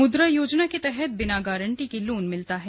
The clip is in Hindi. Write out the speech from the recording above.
मुद्रा योजना के तहत बिना गारंटी के लोन मिलता है